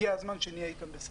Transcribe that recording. הגיע הזמן שנהיה איתם בסדר.